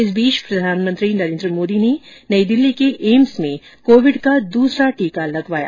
इस बीच प्रधानमंत्री मोदी ने आज नई दिल्ली के एम्स में कोविड का दूसरा टीका लगवाया